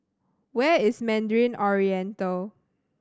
where is Mandarin Oriental